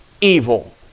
evil